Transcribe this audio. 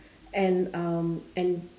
and um and